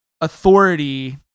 authority